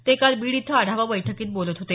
ते काल बीड इथं आढावा बैठकीत बोलत होते